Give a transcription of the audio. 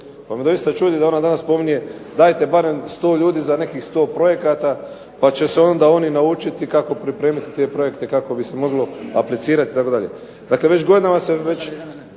Pa me doista čudi da ona danas spominje dajte barem 100 ljudi za nekih 100 projekata, pa će se onda oni naučiti kako pripremiti te projekte kako bi se moglo aplicirati itd.